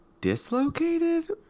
dislocated